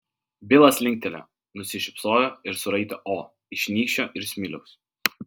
bilas linktelėjo nusišypsojo ir suraitė o iš nykščio ir smiliaus